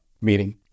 meeting